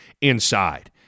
inside